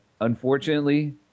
unfortunately